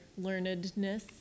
learnedness